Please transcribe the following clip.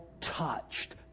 touched